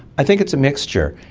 i think it's a mixture.